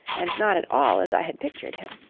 and not at all as i had pictured him.